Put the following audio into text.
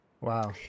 Wow